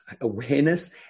awareness